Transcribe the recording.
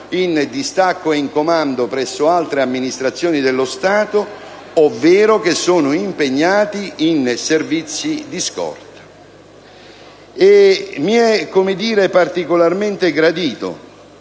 in distacco e in comando presso altre amministrazioni dello Stato ovvero che sono impegnati in servizi di scorta. Mi è particolarmente gradito